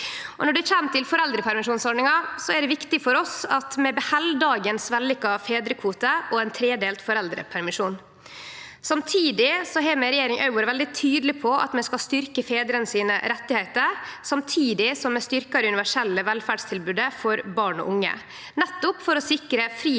Når det gjeld foreldrepermisjonsordninga, er det viktig for oss at vi beheld dagens vellykka fedrekvote og ein tredelt foreldrepermisjon. Vi har i regjering òg vore veldig tydelege på at vi skal styrkje fedrane sine rettar samtidig som vi styrkjer det universelle velferdstilbodet for barn og unge, nettopp for å sikre fridom